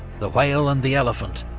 the whale and the elephant,